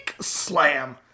slam